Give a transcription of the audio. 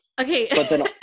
Okay